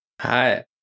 Hi